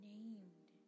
Named